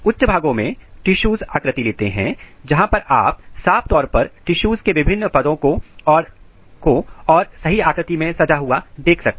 उच्च भागों में टिशूज आकृति लेते हैं जहां पर आप साफ तौर पर टिशूज के विभिन्न पदों को और सही आकृति में सजा हुआ देख सकते हैं